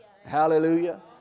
Hallelujah